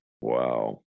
Wow